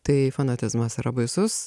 tai fanatizmas yra baisus